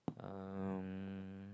um